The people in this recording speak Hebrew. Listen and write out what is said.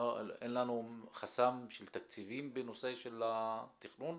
אין לנו חסם של תקציבים בנושא של התכנון?